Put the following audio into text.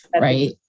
right